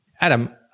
Adam